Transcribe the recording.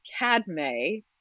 Cadme